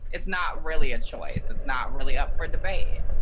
it's not really a choice. it's not really up for debate.